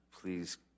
please